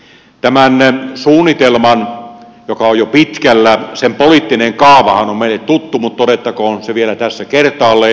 tämän suunnitelman joka on jo pitkällä poliittinen kaavahan on meille tuttu mutta todettakoon se vielä tässä kertaalleen